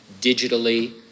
digitally